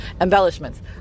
embellishments